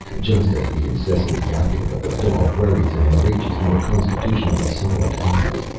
just as the incessant yapping of a dog worries and enrages more constitutionally silent animals,